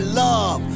love